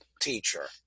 teacher